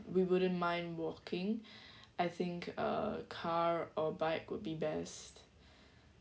we wouldn't mind walking I think a car or bike would be best